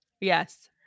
Yes